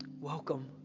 Welcome